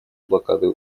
блокады